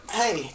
hey